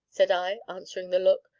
said i, answering the look.